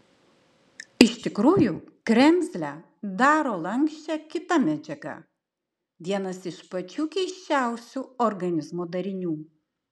iš tikrųjų kremzlę daro lanksčią kita medžiaga vienas iš pačių keisčiausių organizmo darinių